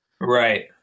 right